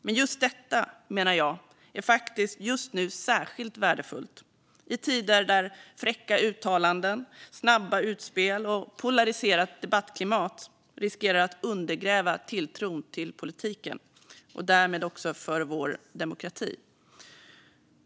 Men just detta, menar jag, är faktiskt särskilt värdefullt just nu, i tider där fräcka uttalanden, snabba utspel och polariserat debattklimat riskerar att undergräva tilltron till politiken och därmed också till vår demokrati.